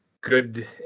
good –